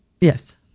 Yes